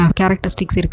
characteristics